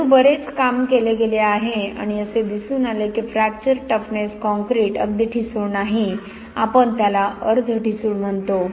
परंतु बरेच काम केले गेले आहे आणि असे दिसून आले की फ्रॅक्चर टफनेस कॉंक्रिट अगदी ठिसूळ नाही आपण त्याला अर्ध ठिसूळ म्हणतो